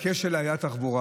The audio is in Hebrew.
אם הכשל היה בתחבורה,